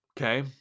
Okay